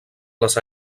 les